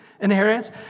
inheritance